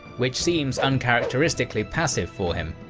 which seems uncharacteristically passive for him.